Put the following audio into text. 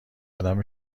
آدم